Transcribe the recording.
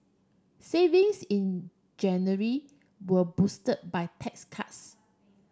savings in January were boosted by tax cuts